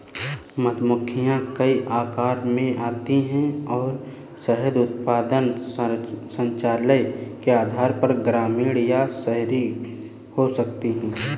मधुमक्खियां कई आकारों में आती हैं और शहद उत्पादन संचालन के आधार पर ग्रामीण या शहरी हो सकती हैं